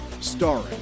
starring